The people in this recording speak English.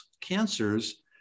cancers